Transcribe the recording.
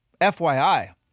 FYI